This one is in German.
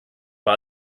war